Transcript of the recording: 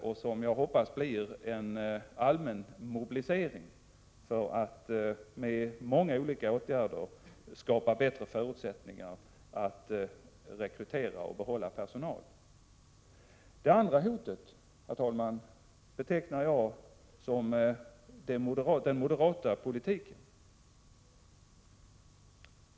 Jag hoppas att den kommer att innebära en allmän mobilisering för att med många olika åtgärder skapa bättre förutsättningar att rekrytera och behålla personal. Som det andra hotet, herr talman, betecknar jag den moderata politiken.